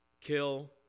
kill